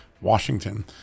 Washington